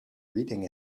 reading